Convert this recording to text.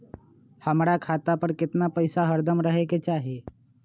हमरा खाता पर केतना पैसा हरदम रहे के चाहि?